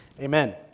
Amen